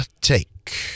take